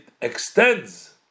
extends